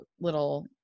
little